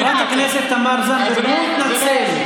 חברת הכנסת תמר זנדברג, הוא התנצל.